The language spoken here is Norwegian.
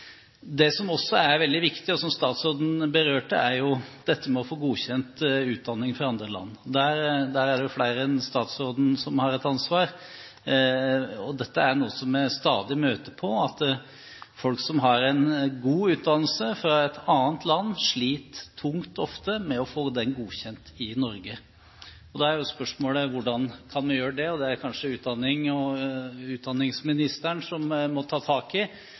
Det som også er veldig viktig, og som statsråden berørte, er dette med å få godkjent utdanning fra andre land. Der er det flere enn statsråden som har et ansvar. Dette er noe som vi stadig møter på. Folk som har en god utdannelse fra et annet land, sliter ofte tungt med å få den godkjent i Norge. Da er spørsmålet: Hvordan kan man gjøre det? Dette er det kanskje utdanningsministeren som må ta tak i,